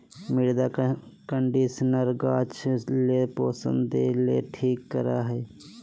मृदा कंडीशनर गाछ ले पोषण देय ले ठीक करे हइ